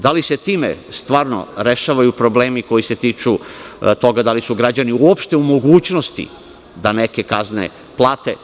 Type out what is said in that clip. Da li se time zaista rešavaju problemi koji se tiču toga da li su građani uopšte u mogućnosti da neke kazne plate?